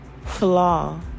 flaw